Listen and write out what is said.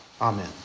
Amen